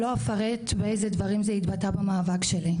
לא אפרט באיזה דברים זה התבטא במאבק שלי,